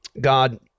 God